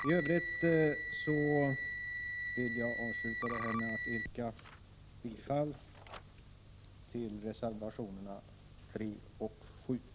Jag vill avsluta med att yrka bifall till reservationerna 3 och 7.